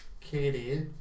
Katie